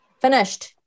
finished